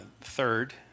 third